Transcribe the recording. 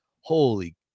Holy